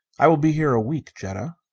i will be here a week, jetta.